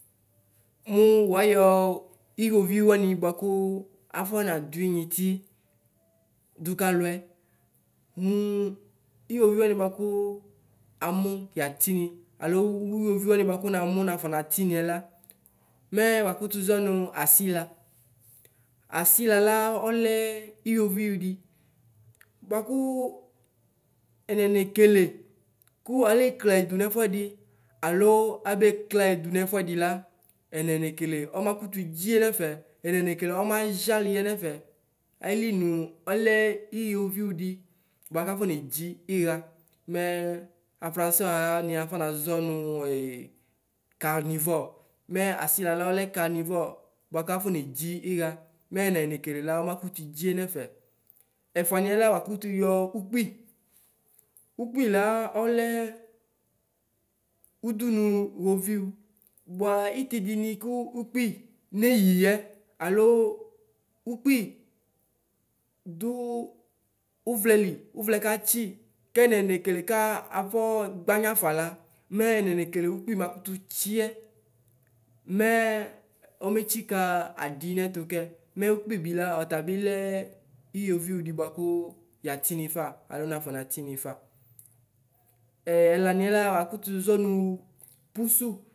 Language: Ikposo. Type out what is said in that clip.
Mʋ wayɔ iwʋviʋ wani bʋakʋ afɔnadʋ inyiti dʋ kalʋɛ mʋ iwʋviʋ wani bʋakʋ amʋ yatini alʋ iwʋviʋ wani bʋakʋ namʋ nafɔ natini yɛla, mɛ wakʋtʋ zɔnʋ asila, asilala ɔlɛ iwoviʋ di, bʋakʋ ɛnayi yekele bʋakʋ aleklayidʋ nɛfʋɛdi alo abeklayɛ dʋ nʋ ɛfʋɛdila ɛnayi yekele, ɔma kɔtʋ dziye nɛfɛ ɛnayi nekele ɔmaɣali yɛ nʋ ɛfɛ ayi nʋ ɔlɛ iwoviʋdi bʋaka fɔnedzi iɣa mɛ afrasɛ wani afɔnazɔ nʋ karnivɔ, mɛ asilala ɔlɛ karnivɔ, bʋakafɔnedzi iɣa mɛ ɛnayi nekele la ɔmakʋtʋ dzie nʋ ɛfɛ ɛfʋani la wakʋtʋ yɔ ʋkpi, ʋkpila ɔlɛ ʋdʋnʋ iwʋviʋ bʋa itidini kʋ ʋkpi, neyiyɛ alo ʋkpi dʋ ʋvlɛli ʋvlɛ tatsi kɛnayi nekela ka afɔ gbanya fala mɛ ɛnanekele ʋkpi makʋtʋ tsiyɛ mɛ ɔmetsika adi nɛtu kɛ mɛ ʋkpi bila ɔtabi lɛ iwoviʋ di bʋakʋ yatini fa, alʋ nafɔ natini fa, ɛlaniɛ la wakʋtʋ zɔnʋ pʋsʋ.